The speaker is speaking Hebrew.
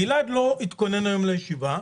גלעד לא התכונן היום לישיבה.